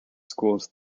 schools